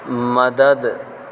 مدد